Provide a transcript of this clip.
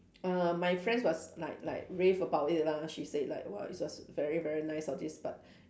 err my friend was like like rave about it lah she said like !wah! it's was very very nice of this but